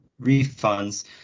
refunds